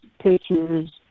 pictures